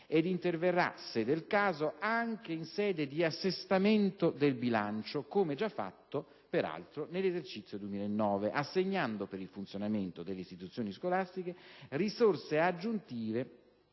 ed interverrà, se del caso, anche in sede di assestamento del bilancio, come già fatto nell'esercizio 2009, assegnando per il funzionamento delle istituzioni scolastiche risorse aggiuntive